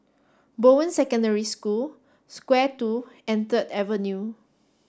Bowen Secondary School Square Two and Third Avenue